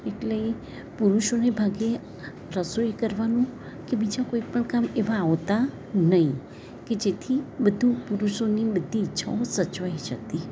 એટલે પુરુષોને ભાગે રસોઈ કરવાનું કે બીજા કોઈ પણ કામ એવાં આવતાં નહીં કે જેથી બધું પુરુષોની બધી ઈચ્છાઓ સચવાઈ જતી